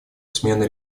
смены